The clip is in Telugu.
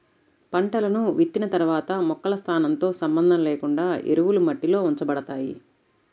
పంటలను విత్తిన తర్వాత మొక్కల స్థానంతో సంబంధం లేకుండా ఎరువులు మట్టిలో ఉంచబడతాయి